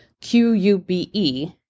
Q-U-B-E